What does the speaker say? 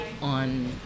on